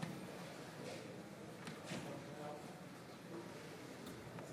(תרועת חצוצרות) נא